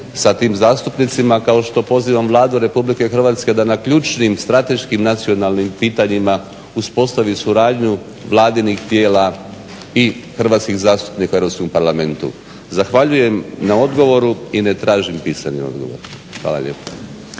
sa tim zastupnicima kao što pozivam Vladu Republike Hrvatske da na ključnim, strateškim, nacionalnim pitanjima uspostavi suradnju vladinih tijela i hrvatskih zastupnika u Europskom parlamentu. Zahvaljujem na odgovoru i ne tražim pisani odgovor. Hvala lijepa.